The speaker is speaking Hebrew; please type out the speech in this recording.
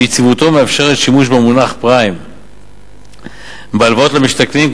שיציבותו מאפשרת שימוש במונח "פריים" בהלוואות למשתכנים,